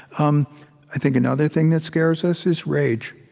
um i think another thing that scares us is rage.